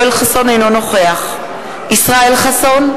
אינו נוכח ישראל חסון,